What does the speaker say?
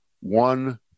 one